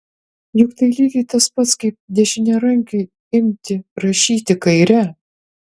juk tai lygiai tas pats kaip dešiniarankiui imti rašyti kaire